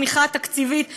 תמיכה תקציבית מהממשלה.